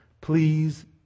Please